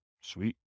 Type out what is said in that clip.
Sweet